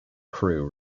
crew